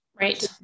Right